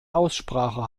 aussprache